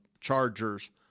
Chargers